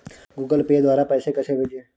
Google Pay द्वारा पैसे कैसे भेजें?